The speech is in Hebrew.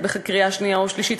בקריאה שנייה ושלישית,